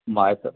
मैं तो